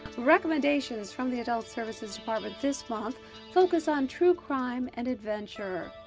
recommendations from the adult services department this month focus on true crime and adventure.